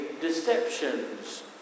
deceptions